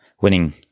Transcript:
winning